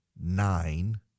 nine